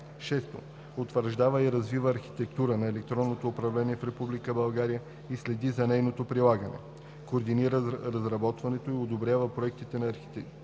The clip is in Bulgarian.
6. утвърждава и развива Архитектура на електронното управление в Република България и следи за нейното прилагане, координира разработването и одобрява проектите на архитектури